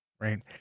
Right